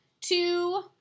two